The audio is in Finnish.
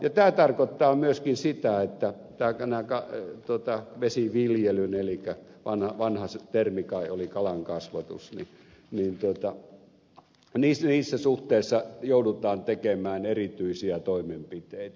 tämä tarkoittaa myöskin sitä että vesiviljelyn osalta elikkä vanha termi kai oli kalankasvatus niissä suhteissa joudutaan tekemään erityisiä toimenpiteitä